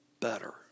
better